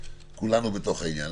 כולנו בתוך העניין.